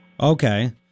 Okay